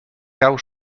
cau